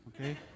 okay